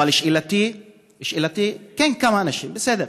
כן, כמה אנשים, בסדר.